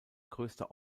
größter